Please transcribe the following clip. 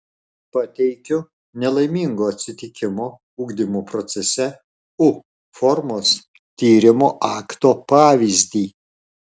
pateikiu nelaimingo atsitikimo ugdymo procese u formos tyrimo akto pavyzdį